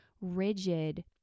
rigid